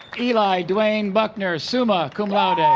eli dwayne buckner summa cum laude ah